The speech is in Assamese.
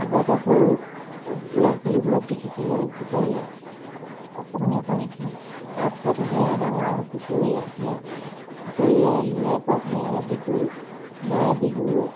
আগতে সৰু ল'ৰা ছোৱালীবোৰক দেখিছিলোঁ হুঁচৰি অকণমানি অকণমানিখিনি তাৰপিছত লাগে লাহে ডাঙৰ হুঁচৰি আহে হুঁচৰি আহিলে বৰ ভাল লাগে বিহু গাই বিহু